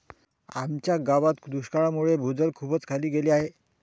आमच्या गावात दुष्काळामुळे भूजल खूपच खाली गेले आहे